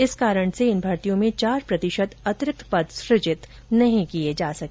इस कारण से इन भर्तियों में चार प्रतिशत अतिरिक्त पद सृजित नहीं किए जा सके